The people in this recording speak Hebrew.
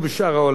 אלה הפרופורציות.